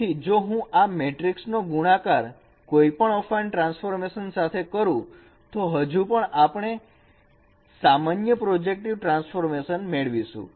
તેથી જો હું આ મેટ્રિક્સનો ગુણાકાર કોઈપણ અફાઈન ટ્રાન્સફોર્મેશન સાથે કરું તો હજુ પણ આપણે સામાન્ય પ્રોજેક્ટિવ ટ્રાન્સફોર્મેશન મેળવીશું